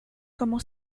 como